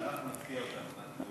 אנחנו רוצים להפתיע אותך.